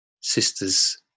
Sister's